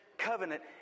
covenant